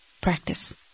practice